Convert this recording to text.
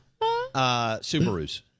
Subarus